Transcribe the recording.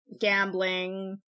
Gambling